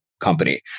company